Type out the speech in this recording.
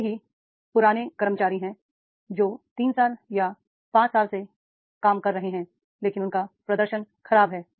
भले ही पुराने कर्मचारी हैं जो 3 साल या 5 साल से काम कर रहे हैं लेकिन उनका प्रदर्शन खराब है